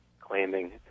claiming